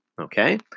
okay